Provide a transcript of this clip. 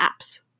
apps